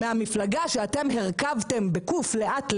מהמפלגה שאתם הרקבתם ב-"ק" לאט,